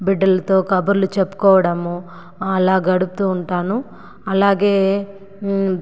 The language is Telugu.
బిడ్డలతో కబుర్లు చెప్పుకోవడము అలా గడుపుతు ఉంటాను అలాగే